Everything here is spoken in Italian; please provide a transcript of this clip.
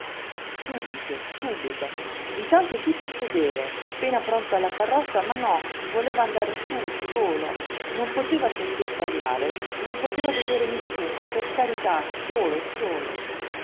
subito subito intanto tutti a sedere appena pronta la carrozza ma no voleva andar sú solo non poteva sentir parlare non poteva veder nessuno per carità solo solo